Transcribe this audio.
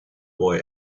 boy